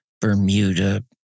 Bermuda